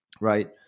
right